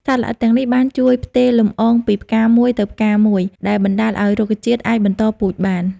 សត្វល្អិតទាំងនេះបានជួយផ្ទេរលំអងពីផ្កាមួយទៅផ្កាមួយ ដែលបណ្ដាលឲ្យរុក្ខជាតិអាចបន្តពូជបាន។